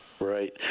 right